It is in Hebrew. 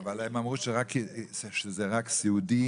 אבל הם אמרו שזה רק סיעודיים.